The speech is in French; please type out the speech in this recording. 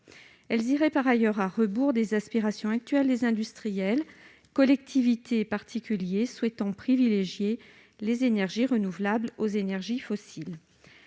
Elles iraient par ailleurs à rebours des aspirations actuelles des industriels, collectivités et particuliers souhaitant privilégier les énergies renouvelables par rapport aux énergies fossiles.